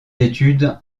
études